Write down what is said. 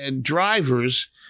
drivers